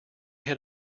had